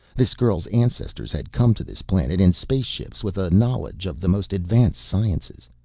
this girl's ancestors had come to this planet in spaceships with a knowledge of the most advanced sciences.